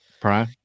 Prime